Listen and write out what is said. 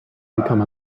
become